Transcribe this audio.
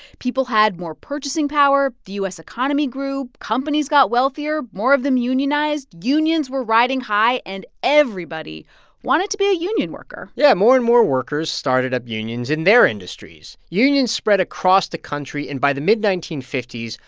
people had more purchasing power. the u s. economy grew. companies got wealthier. more of them unionized. unions were riding high. and everybody wanted to be a union worker yeah. more and more workers started up unions in their industries. unions spread across the country, and by the mid nineteen fifty s,